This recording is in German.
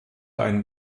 einen